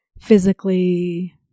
physically